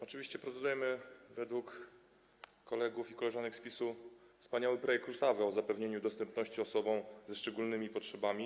Oczywiście procedujemy według kolegów i koleżanek z PiS-u nad wspaniałym projektem ustawy o zapewnianiu dostępności osobom ze szczególnymi potrzebami.